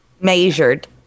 Measured